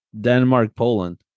Denmark-Poland